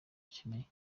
bakeneye